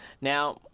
Now